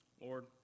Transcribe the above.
Lord